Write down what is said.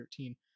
2013